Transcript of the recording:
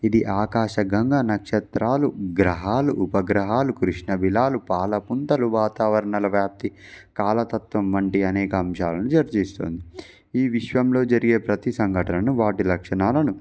ఇది ఆకాశగంగా నక్షత్రాలు గ్రహాలు ఉపగ్రహాలు కృష్ణబిలాలు పాల పుంతలు వాతావరణాల వ్యాప్తి కాలతత్వం వంటి అనేక అంశాలను చర్చిస్తుంది ఈ విశ్వంలో జరిగే ప్రతి సంఘటనను వాటి లక్షణాలను